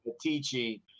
teaching